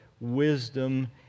wisdom